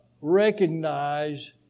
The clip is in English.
recognize